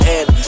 end